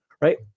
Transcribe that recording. right